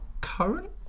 current